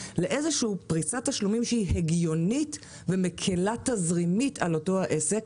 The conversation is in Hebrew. פריסת תשלומים שהיא הגיונית ומקילה תזרימית על אותו העסק.